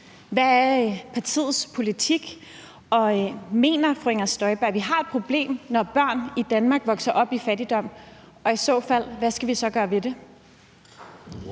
Hvad er partiets politik? Mener fru Inger Støjberg, at vi har et problem, når børn i Danmark vokser op i fattigdom? Og i så fald: Hvad skal vi så gøre ved det?